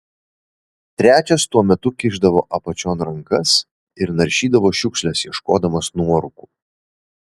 trečias tuo metu kišdavo apačion rankas ir naršydavo šiukšles ieškodamas nuorūkų